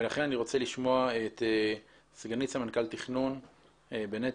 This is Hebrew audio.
אני רוצה לשמוע את סגנית סמנכ"ל תכנון בנת"ע,